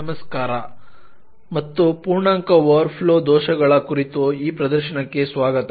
ನಮಸ್ಕಾರ ಮತ್ತು ಪೂರ್ಣಾಂಕ ಓವರ್ಫ್ಲೋ ದೋಷಗಳ ಕುರಿತು ಈ ಪ್ರದರ್ಶನಕ್ಕೆ ಸ್ವಾಗತ